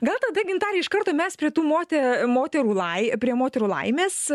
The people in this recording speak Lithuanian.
gal tada gintarė iš karto mes prie tų mote moterų lai prie moterų laimės